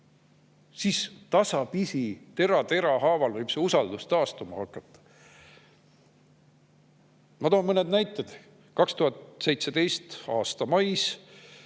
võib tasapisi, tera tera haaval usaldus taastuma hakata. Ma toon mõne näite. 2017. aasta mais